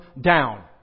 down